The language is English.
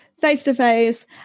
face-to-face